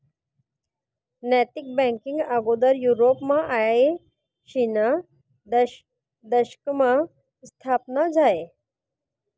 नैतिक बँकींग आगोदर युरोपमा आयशीना दशकमा स्थापन झायं